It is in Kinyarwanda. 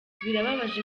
birababaje